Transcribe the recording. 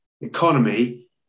economy